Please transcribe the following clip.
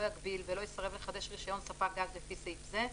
לא יגביל ולא יסרב לחדש רישיון ספק גז לפי סעיף זה,